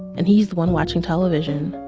and he's the one watching television.